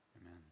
Amen